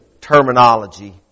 terminology